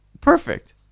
perfect